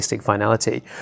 finality